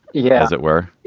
yeah. as it were.